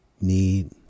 need